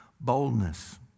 boldness